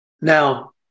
Now